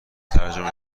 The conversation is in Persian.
ترجمه